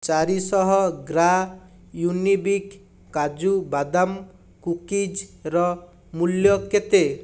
ଚାରିଶହ ଗ୍ରା ୟୁନିବିକ୍ କାଜୁ ବାଦାମ କୁକିଜ୍ର ମୂଲ୍ୟ କେତେ